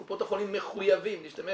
קופות החולים מחויבות להשתמש